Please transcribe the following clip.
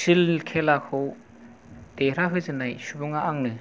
सिल खेलाखौ देरहा होजेननाय सुबुंआ आंनो